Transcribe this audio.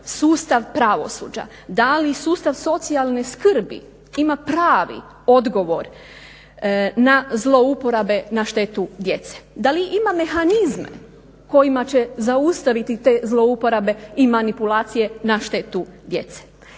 sustav pravosuđa, da li sustav socijalne skrbi ima pravi odgovor na zlouporabe na štetu djece. Da li ima mehanizme kojima će zaustaviti te zlouporabe i manipulacije na štetu djece?